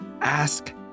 Ask